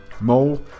mole